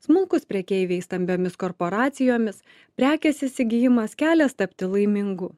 smulkūs prekeiviai stambiomis korporacijomis prekės įsigijimas kelias tapti laimingu